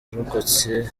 abarokotse